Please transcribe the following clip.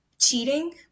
cheating